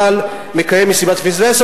אבל מקיים מסיבת סילבסטר,